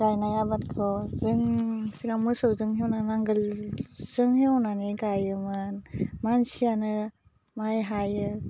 गायनाय आबादखौ जों सिगां मोसौजों एवना नांगोलजों एवनानै गायोमोन मानसियानो माय हायो